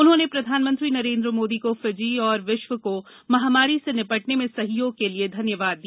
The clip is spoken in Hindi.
उन्होंने प्रधानमंत्री नरेंद्र मोदी को फिजी और विश्व को महामारी से निपटने में सहयोग के लिए धन्यवाद दिया